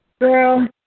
Girl